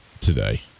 today